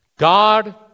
God